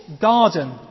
garden